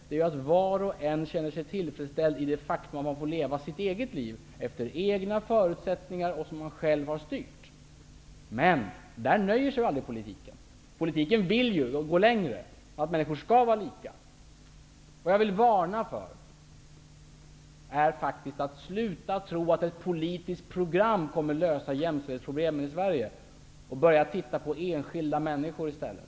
Det är att var och en känner sig tillfredsställd, genom att man får leva sitt eget liv, efter egna förutsättningar och som man själv har styrt. Där nöjer sig aldrig politiken. Politiken vill gå längre och vill att människor skall vara lika. Jag vill varna: Sluta att tro att ett politiskt program kommer att lösa jämställdhetsproblemen i Sverige! Börja titta på enskilda människor i stället!